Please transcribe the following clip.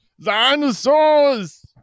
dinosaurs